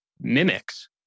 mimics